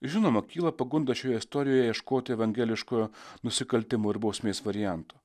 žinoma kyla pagunda šioje istorijoje ieškoti evangeliškojo nusikaltimo ir bausmės varianto